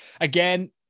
Again